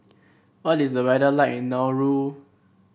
what is the weather like in Nauru